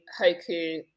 Hoku